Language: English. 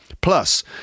Plus